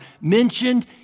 mentioned